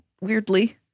Weirdly